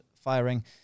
firing